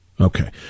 Okay